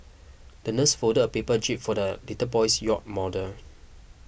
the nurse folded a paper jib for the little boy's yacht model